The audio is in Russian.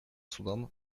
судан